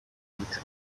keith